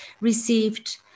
received